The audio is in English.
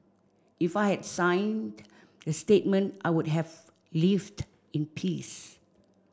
if I had signed the statement I would have lived in peace